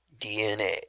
DNA